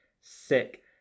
sick